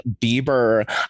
Bieber